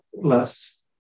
less